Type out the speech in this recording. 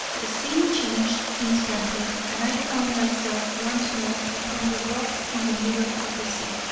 the scene changed instantly and i found myself once more upon the rocks in the middle of the sea.